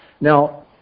Now